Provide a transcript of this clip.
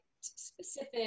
specific